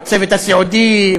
בצוות הסיעודי,